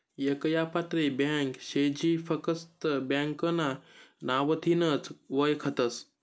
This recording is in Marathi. येक यापारी ब्यांक शे जी फकस्त ब्यांकना नावथीनच वयखतस